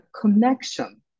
connection